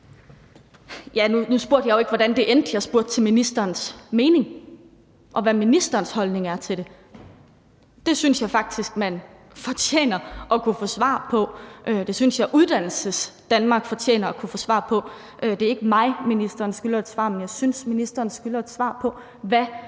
Nu spurgte jeg jo ikke, hvordan det endte. Jeg spurgte til ministerens mening, og hvad ministerens holdning er til det. Det synes jeg faktisk at man fortjener at kunne få svar på. Det synes jeg Uddannelsesdanmark fortjener at kunne få svar på. Det er ikke mig, ministeren skylder et svar, men jeg synes, at ministeren skylder et svar på, hvad